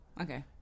Okay